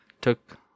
took